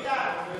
ביטן.